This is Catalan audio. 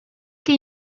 que